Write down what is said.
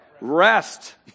rest